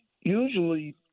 usually